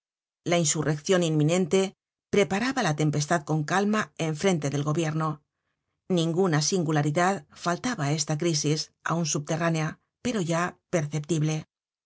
la insurreccion inminente preparaba la tempestad con calma en frente del gobierno ninguna singularidad faltaba á esta crisis aun subterránea pero ya perceptible